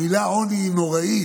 המילה "עוני" היא נוראית,